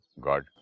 God